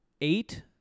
eight